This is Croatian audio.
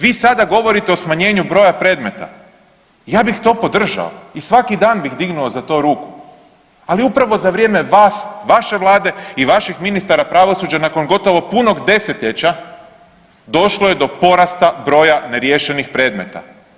Vi sada govorite o smanjenju broja predmeta, ja bih to podržao i svaki dan bih dignuo za to ruku ali upravo za vrijeme vas, vaše Vlade i vaših ministara pravosuđa nakon gotovo punog desetljeća, došlo je do porasta broja neriješenih predmeta.